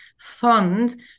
fund